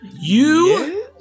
you-